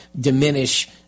diminish